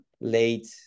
late